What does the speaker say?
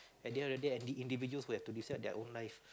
at the end of the day any individuals would have to decide their own life